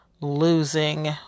losing